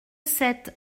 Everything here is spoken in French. sept